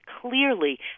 clearly